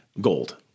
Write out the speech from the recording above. gold